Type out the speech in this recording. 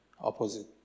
opposite